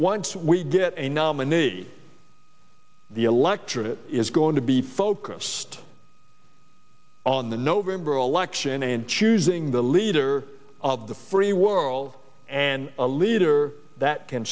once we get a nominee the electorate is going to be focused on the november election and choosing the leader of the free world and a leader that can